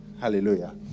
hallelujah